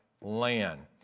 land